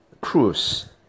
Cruise